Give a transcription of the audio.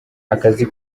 akazi